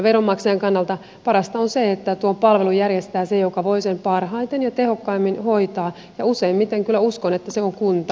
veronmaksajan kannalta parasta on se että tuon palvelun järjestää se joka voi sen parhaiten ja tehokkaimmin hoitaa ja kyllä uskon että useimmiten se on kunta